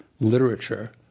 literature